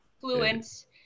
fluent